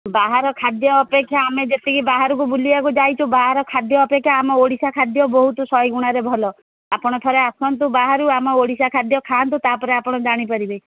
ବାହାର ଖାଦ୍ୟ ଅପେକ୍ଷା ଆମେ ଯେତିକି ବାହାରକୁ ବୁଲିବାକୁ ଯାଇଛୁ ବାହାର ଖାଦ୍ୟ ଅପେକ୍ଷା ଆମ ଓଡ଼ିଶା ଖାଦ୍ୟ ବହୁତ ଶହେ ଗୁଣାରେ ଭଲ ଆପଣ ଥରେ ଆସନ୍ତୁ ବାହାରୁ ଆମ ଓଡ଼ିଶା ଖାଦ୍ୟ ଖାଆନ୍ତୁ ତା'ପରେ ଆପଣ ଜାଣିପାରିବେ